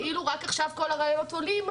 כאילו רק עכשיו כל הרעיונות עולים,